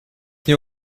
nie